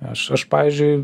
aš aš pavyzdžiui